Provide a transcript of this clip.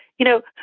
you know,